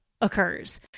occurs